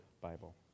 Bible